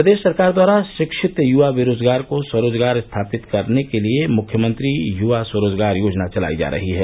प्रदेश सरकार द्वारा शिक्षित युवा बेरोजगार को स्वरोजगार स्थापित कराने के लिये मुख्यमंत्री युवा स्वरोजगार योजना चलाई जा रही है